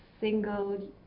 single